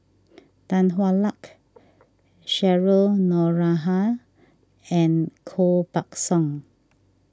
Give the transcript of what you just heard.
Tan Hwa Luck Cheryl Noronha and Koh Buck Song